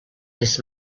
this